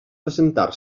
presentar